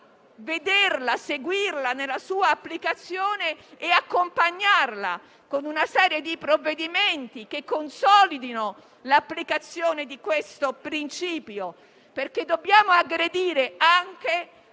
ma a seguirla nella sua applicazione, accompagnandola con una serie di provvedimenti che consolidino l'applicazione di questo principio, perché contestualmente dobbiamo aggredire anche